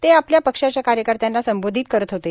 ते आपल्या पक्षाच्या कार्यकर्त्याना संबोधित करत होते